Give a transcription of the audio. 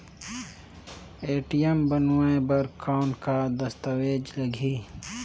ATM बनवाय बर कौन का दस्तावेज लगही?